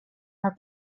her